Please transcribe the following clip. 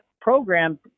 program